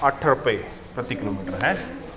ਅੱਠ ਰੁਪਏ ਪ੍ਰਤੀ ਕਿਲੋਮੀਟਰ ਹੈਂਅ